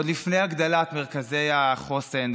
ועוד לפני הגדלת מרכזי החוסן,